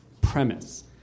premise